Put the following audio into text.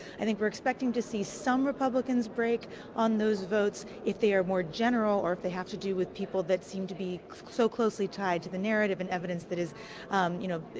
i think we are expecting to see some republicans break on those votes if they are more general, or if they have to do with people that seem to be so closely tied to the narrative and evidence that as you know,